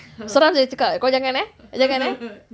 selalu kakak cakap kau jangan eh jangan eh